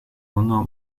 unu